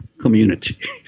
community